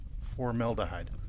Formaldehyde